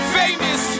famous